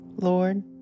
Lord